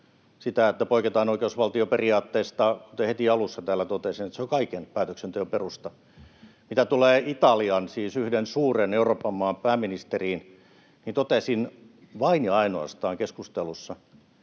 sitä, että poiketaan oikeusvaltioperiaatteesta. Kuten heti alussa täällä totesin, se on kaiken päätöksenteon perusta. Mitä tulee Italian, siis yhden suuren Euroopan maan, pääministeriin, niin totesin keskustelussa